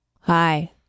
hi